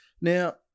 Now